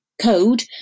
Code